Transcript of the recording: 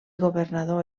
governador